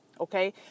Okay